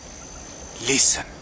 Listen